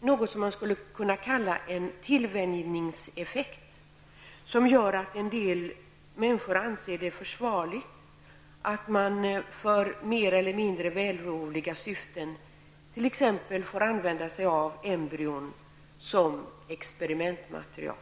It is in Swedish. något som man kan kalla för en tillvänjningseffekt och som gör att en del människor anser det försvarligt att man för mer eller mindre vällovliga syften t.ex. får använda sig av embryon som experimentmaterial.